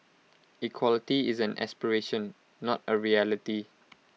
equality is an aspiration not A reality